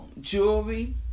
jewelry